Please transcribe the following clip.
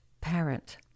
parent